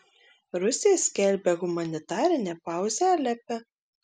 rusija skelbia humanitarinę pauzę alepe